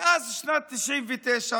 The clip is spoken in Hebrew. מאז שנת 1999,